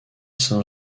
saint